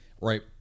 right